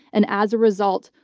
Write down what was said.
and as a result,